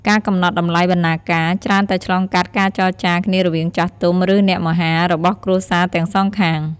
ការកំណត់តម្លៃបណ្ណាការច្រើនតែឆ្លងកាត់ការចរចាគ្នារវាងចាស់ទុំ ឬ អ្នកមហា របស់គ្រួសារទាំងសងខាង។